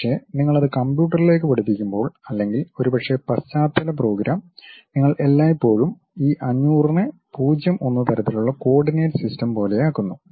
പക്ഷേ നിങ്ങൾ അത് കമ്പ്യൂട്ടറിലേക്ക് പഠിപ്പിക്കുമ്പോൾ അല്ലെങ്കിൽ ഒരുപക്ഷേ പശ്ചാത്തല പ്രോഗ്രാം നിങ്ങൾ എല്ലായ്പ്പോഴും ഈ 500 നെ 0 1 തരത്തിലുള്ള കോർഡിനേറ്റ് സിസ്റ്റം പോലെയാക്കുന്നു